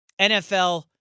NFL